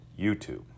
YouTube